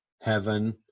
heaven